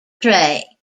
tray